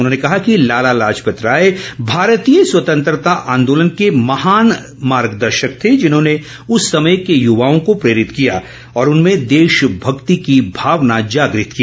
उन्होंने कहा कि लाला लाजपत राय भारतीय स्वतंत्रता आंदोलन के महान मार्गदर्शक थे जिन्होंने उस समय के युवाओं को प्रेरित किया और उनमें देशभक्ति की भावना जागृत की